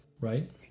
right